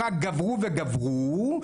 רק גברו וגברו,